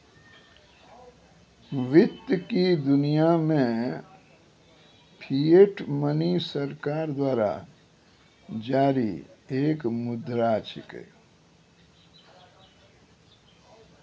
वित्त की दुनिया मे फिएट मनी सरकार द्वारा जारी एक मुद्रा छिकै